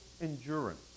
endurance